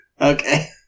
Okay